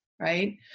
Right